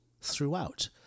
throughout